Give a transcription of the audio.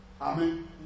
Amen